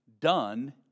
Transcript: Done